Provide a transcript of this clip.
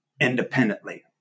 independently